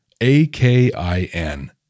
A-K-I-N